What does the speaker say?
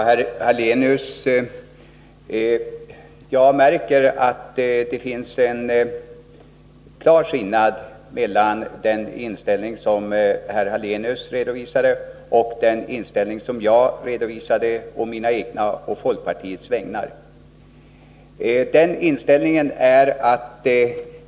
Herr talman! Jag märker att det finns en klar skiljelinje mellan den inställning Ingemar Hallenius visar och den som jag redovisade å mina egna och folkpartiets vägnar.